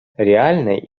реальной